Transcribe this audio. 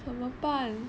怎么办